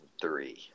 three